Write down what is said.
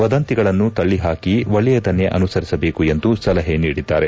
ವದಂತಿಗಳನ್ನು ತಳ್ಳಿಹಾಕಿ ಒಳ್ಳೆಯದನ್ನೇ ಅನುಸರಿಸಬೇಕು ಎಂದು ಸಲಹೆ ನೀಡಿದ್ದಾರೆ